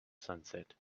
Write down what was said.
sunset